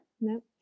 no